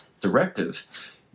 directive